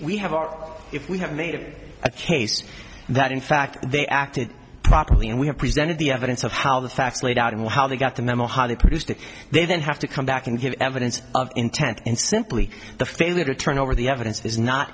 we have our if we have made a case that in fact they acted properly and we have presented the evidence of how the facts laid out and how they got the memo highly produced that they then have to come back and give evidence of intent and simply the failure to turn over the evidence is not